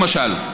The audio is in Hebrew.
למשל,